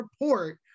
report